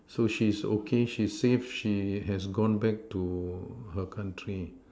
so she's okay she's safe she has gone back to her country